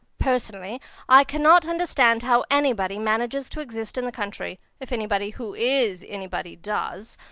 personally i cannot understand how anybody manages to exist in the country, if anybody who is anybody does.